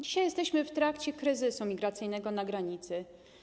Dzisiaj jesteśmy w trakcie kryzysu migracyjnego na granicy.